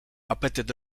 apetyt